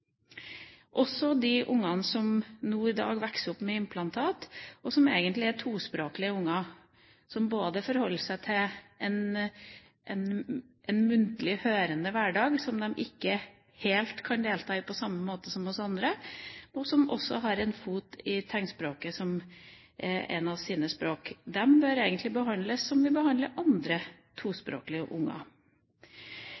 De ungene som i dag vokser opp med implantat, er egentlig tospråklige unger som forholder seg til en muntlig, hørende hverdag, men som de ikke helt kan delta i på samme måte som oss andre. De har en fot i tegnspråket, som er et av deres språk, og bør egentlig behandles slik vi behandler andre